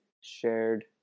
shared